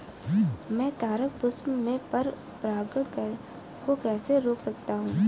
मैं तारक पुष्प में पर परागण को कैसे रोक सकता हूँ?